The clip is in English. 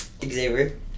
Xavier